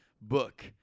book